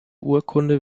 urkunde